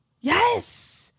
yes